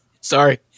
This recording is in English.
Sorry